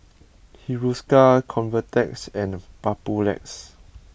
Hiruscar Convatec and Papulex